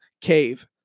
cave